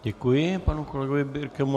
Děkuji panu kolegovi Birkemu.